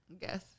guess